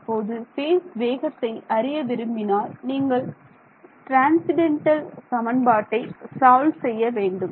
இப்போது ஃபேஸ் வேகத்தை அறிய விரும்பினால் நீங்கள் டிரான்சீன்டண்டல் சமன்பாட்டை சால்வ் செய்ய வேண்டும்